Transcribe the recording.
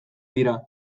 dira